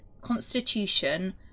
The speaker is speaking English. constitution